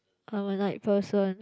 I'm a night person